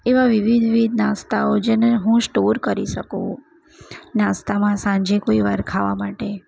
એવા વિવિધ વિવિધ નાસ્તાઓ જેને હું સ્ટોર કરી શકું નાસ્તામાં સાંજે કોઈ વાર ખાવા માટે